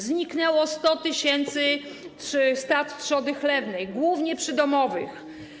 Zniknęło 100 tys. stad trzody chlewnej, głównie przydomowych.